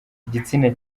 igitsina